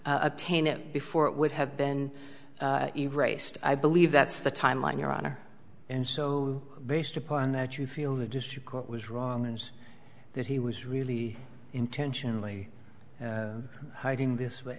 obtain it before it would have been erased i believe that's the timeline your honor and so based upon that you feel the district court was wrong and that he was really intentionally hiding this w